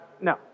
no